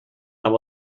and